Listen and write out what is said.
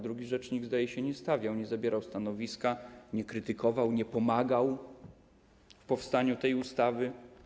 Drugi rzecznik, zdaje się, nie stawiał się, nie zabierał stanowiska, nie krytykował, nie pomagał w powstaniu tej ustawy.